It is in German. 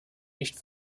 nicht